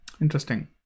Interesting